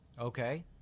Okay